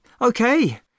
Okay